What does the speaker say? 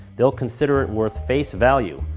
they'll consider it worth face value,